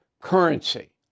currency